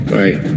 right